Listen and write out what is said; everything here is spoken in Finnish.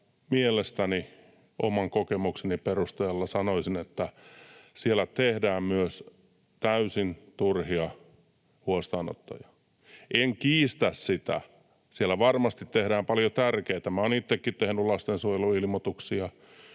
mielestäni, oman kokemukseni perusteella sanoisin, tehdään myös täysin turhia huostaanottoja. En kiistä sitä, että siellä varmasti tehdään paljon tärkeitä, minä olen itsekin tehnyt lastensuojeluilmoituksia,